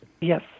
Yes